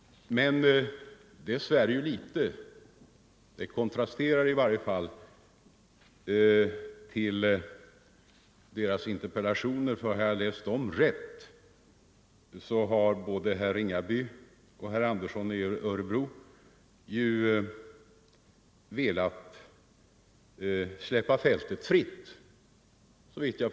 Men det kontrasterar ju mot deras interpellationer. Om Om upphävande av jag läst dem rätt har båda velat släppa fältet fritt för etablering.